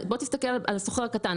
תסתכל על הסוחר הקטן,